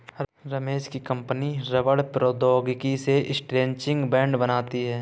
रमेश की कंपनी रबड़ प्रौद्योगिकी से स्ट्रैचिंग बैंड बनाती है